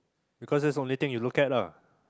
because that's the only thing you look at lah